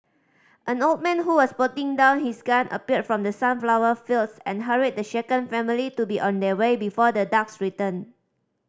an old man who was putting down his gun appeared from the sunflower fields and hurried the shaken family to be on their way before the dogs return